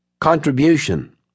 contribution